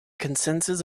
consensus